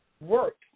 work